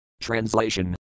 Translation